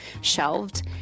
shelved